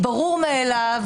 ברור מאליו,